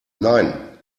nein